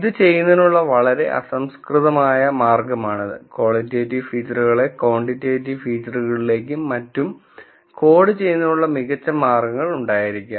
ഇത് ചെയ്യുന്നതിനുള്ള വളരെ അസംസ്കൃതമായ മാർഗമാണിത് ക്വാളിറ്റേറ്റിവ് ഫീച്ചറുകളെ ക്വാണ്ടിറ്റേറ്റീവ് ഫീച്ചറുകളിലേക്കും മറ്റും കോഡ് ചെയ്യുന്നതിനുള്ള മികച്ച മാർഗങ്ങൾ ഉണ്ടായിരിക്കാം